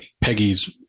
Peggy's